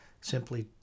simply